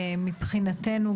מבחינתנו,